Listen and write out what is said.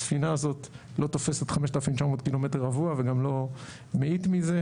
הספינה הזאת לא תופסת 5,900 ק"מ וגם לא מאית מזה,